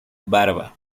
barba